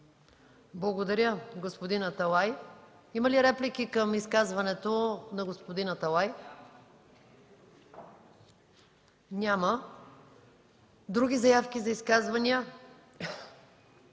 Благодаря, господин Аталай. Има ли реплики към изказването на господин Аталай? Няма. Други заявки за изказвания?